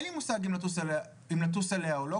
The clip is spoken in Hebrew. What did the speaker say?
ואין לי מושג אם לטוס אליה או לא,